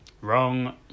Wrong